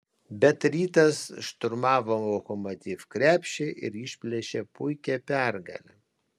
bet rytas šturmavo lokomotiv krepšį ir išplėšė puikią pergalę